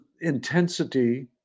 intensity